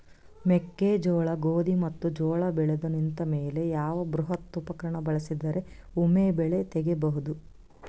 ಮೆಕ್ಕೆಜೋಳ, ಗೋಧಿ ಮತ್ತು ಜೋಳ ಬೆಳೆದು ನಿಂತ ಮೇಲೆ ಯಾವ ಬೃಹತ್ ಉಪಕರಣ ಬಳಸಿದರ ವೊಮೆ ಬೆಳಿ ತಗಿಬಹುದು?